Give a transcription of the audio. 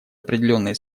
определенные